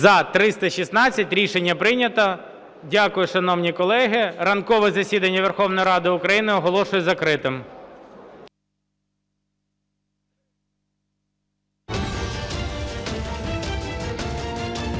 За-316 Рішення прийнято. Дякую, шановні колеги. Ранкове засідання Верховної Ради України оголошую закритим.